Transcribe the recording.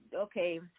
okay